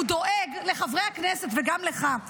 הוא דואג לחברי הכנסת וגם לך,